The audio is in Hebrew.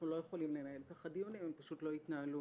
אנחנו לא יכולים לנהל כך דיונים; הם פשוט לא יתנהלו,